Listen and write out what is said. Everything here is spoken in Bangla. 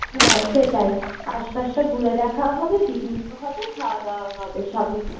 হ্যাঁ সেটাই আশপাশটা ঘুরে দেখাও হবে পিকনিকও হবে খাওয়াদাওয়াও হবে সবই হবে